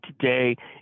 today